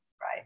Right